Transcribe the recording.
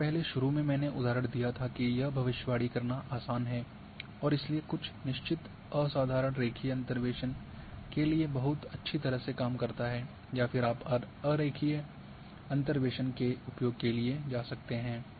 जहां पहले शुरू में मैंने उदाहरण दिया था कि यह भविष्यवाणी करना आसान है और इसलिए कुछ निश्चित असाधारण रेखीय अंतर्वेसन के लिए बहुत अच्छी तरह से काम करता है या फिर आप अरेखीय अंतर्वेसन के उपयोग के लिए जा सकते हैं